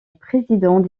président